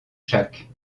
jacques